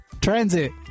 transit